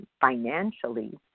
financially